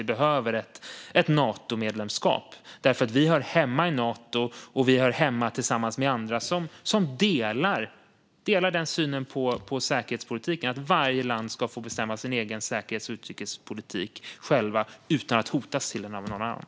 Vi behöver ett Natomedlemskap, för vi hör hemma i Nato tillsammans med andra som delar den syn på säkerhetspolitiken som går ut på att varje land självt ska få bestämma sin egen säkerhets och utrikespolitik utan att hotas till den av någon annan.